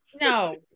no